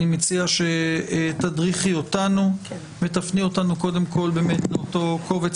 אני מציע שתדריכי אותנו ותפני אותנו קודם כל לאותו קובץ